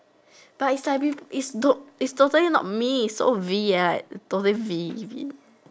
but is like is don't is totally not me is so V right is totally V